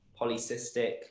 polycystic